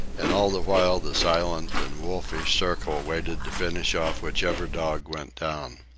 and all the while the silent and wolfish circle waited to finish off whichever dog went down.